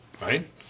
right